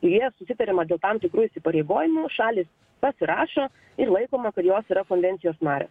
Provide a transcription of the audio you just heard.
joje susitariama dėl tam tikrų įsipareigojimų šalys pasirašo ir laikoma kad jos yra konvencijos narės